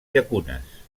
llacunes